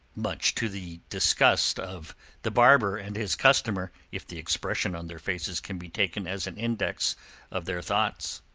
much to the disgust of the barber and his customer, if the expression on their faces can be taken as an index of their thoughts.